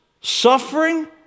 suffering